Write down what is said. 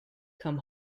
come